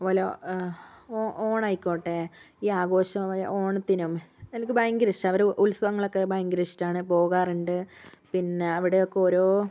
പോല ഓണാ ഓണായിക്കോട്ടെ ഈ ആഘോഷമായ ഓണത്തിനും എനക്ക് ഭയങ്കര ഇഷ്ടമാണ് അവരെ ഉത്സവങ്ങളൊക്കെ ഭയങ്കര ഇഷ്ടമാണ് പോകാറുണ്ട് പിന്നെ അവിടെയൊക്കെ ഓരോ